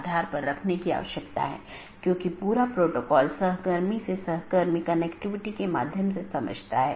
पथ को पथ की विशेषताओं के रूप में रिपोर्ट किया जाता है और इस जानकारी को अपडेट द्वारा विज्ञापित किया जाता है